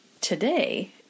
today